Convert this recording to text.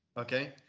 Okay